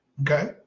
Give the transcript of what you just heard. Okay